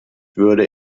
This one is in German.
würde